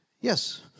Yes